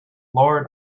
lord